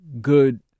good